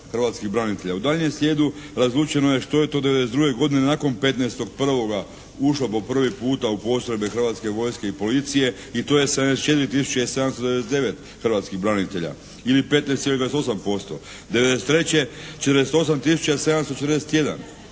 hrvatskih branitelja. U daljnjem sljedu razlučeno je što je to '92. godine nakon 15.1. ušlo po prvi puta u postrojbe Hrvatske vojske i policije i to je 74 tisuće 799 hrvatskih branitelja ili 15,28%. '93. 48